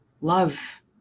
love